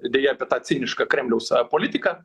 deja apie tą cinišką kremliaus politiką